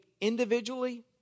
individually